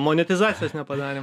monetizacijos nepadarėm